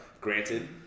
Granted